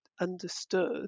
understood